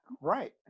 right